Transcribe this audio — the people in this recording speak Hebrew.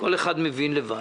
כל אחד מבין לבד.